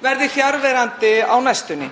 verði fjarverandi á næstunni.